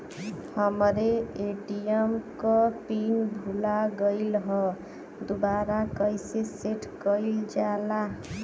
हमरे ए.टी.एम क पिन भूला गईलह दुबारा कईसे सेट कइलजाला?